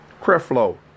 Creflo